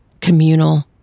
communal